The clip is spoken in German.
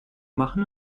machen